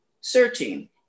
searching